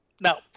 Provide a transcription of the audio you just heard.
Now